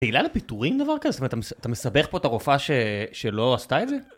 זה עילה לפיטורין דבר כזה? זאת אומרת, אתה מסבך פה את הרופאה שלא עשתה את זה?